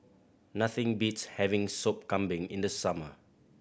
nothing beats having Sop Kambing in the summer